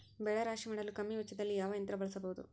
ಬೆಳೆ ರಾಶಿ ಮಾಡಲು ಕಮ್ಮಿ ವೆಚ್ಚದಲ್ಲಿ ಯಾವ ಯಂತ್ರ ಬಳಸಬಹುದು?